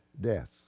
death